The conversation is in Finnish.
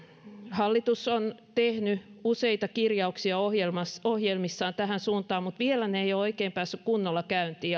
hallitus on tehnyt useita kirjauksia ohjelmissaan tähän suuntaan mutta vielä ne eivät oikein ole päässeet kunnolla käyntiin